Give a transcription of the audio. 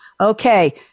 Okay